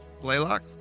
Blaylock